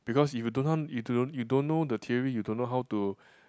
because if you don't you don't know the theory you don't know how to